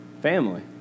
family